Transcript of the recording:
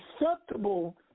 Acceptable